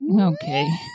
okay